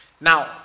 Now